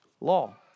law